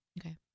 Okay